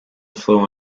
flew